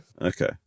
Okay